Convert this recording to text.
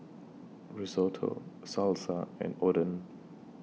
Risotto Salsa and Oden